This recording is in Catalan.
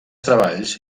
treballs